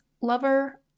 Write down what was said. lover